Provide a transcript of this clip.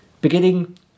beginning